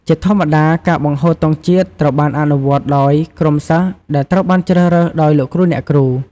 ជាធម្មតា ការបង្ហូតទង់ជាតិត្រូវបានអនុវត្តដោយ ក្រុមសិស្សដែលត្រូវបានជ្រើសរើសដោយលោកគ្រូអ្នកគ្រូ។